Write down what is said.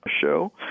show